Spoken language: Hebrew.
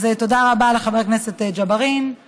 תודה רבה לחבר הכנסת ג'בארין,